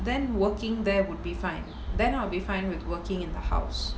then working there would be fine then I'll be fine with working in the house